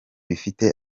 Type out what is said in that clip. bifite